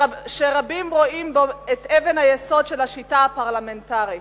שרבים רואים בו את אבן היסוד של השיטה הפרלמנטרית.